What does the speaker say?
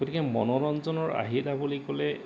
গতিকে মনোৰঞ্জনৰ আহিলা বুলি ক'লে